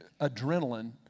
adrenaline